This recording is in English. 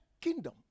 kingdom